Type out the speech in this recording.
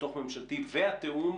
התוך ממשלתי והתיאום